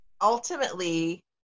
ultimately